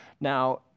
Now